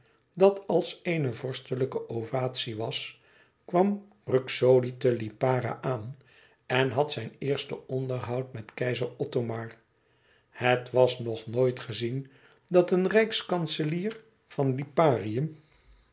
dat als eene vorstelijke ovatie was kwam ruxodi te lipara aan en had zijn eerste onderhoud met keizer othomar het was nog nooit gezien dat een rijkskanselier van liparië